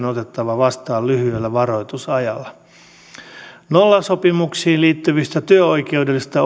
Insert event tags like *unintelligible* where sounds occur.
*unintelligible* otettava vastaan lyhyellä varoitusajalla nollasopimuksiin liittyvistä työoikeudellisesti *unintelligible*